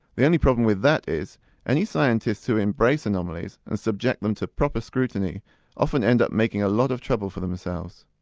the only problem with that is any scientists who embrace anomalies and subject them to proper scrutiny often end up making a lot of trouble for themselves.